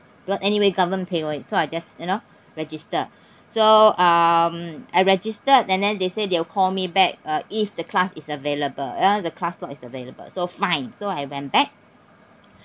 because anyway government pay for it so I just you know register so um I registered and then they say they will call me back uh if the class is available you know the class slot is available so fine so I went back